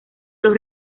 los